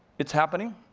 it's happening,